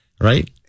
Right